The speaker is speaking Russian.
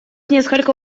несколько